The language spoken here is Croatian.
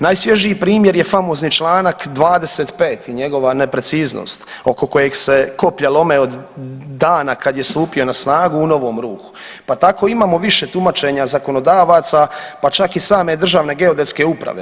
Najsvježiji primjer je famozni članak 25. i njegova nepreciznost oko kojeg se koplja lome od dana kada je stupio na snagu u novom ruhu, pa tako imamo više tumačenja zakonodavaca, pa čak i same Državne geodetske uprave.